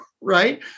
right